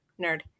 nerd